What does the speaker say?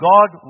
God